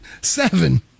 Seven